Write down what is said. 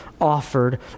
offered